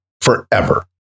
forever